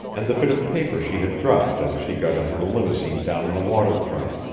and the bit of paper she had dropped as she got into the limousine down on the water front.